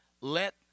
Let